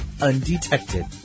undetected